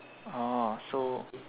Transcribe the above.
orh so